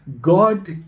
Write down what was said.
God